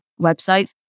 websites